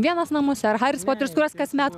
vienas namuose ar haris poteris kuriuos kasmet